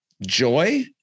joy